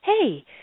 hey